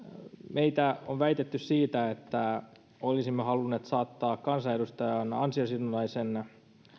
on väitetty että olisimme halunneet saattaa kansanedustajan ansiosidonnaisen